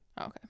Okay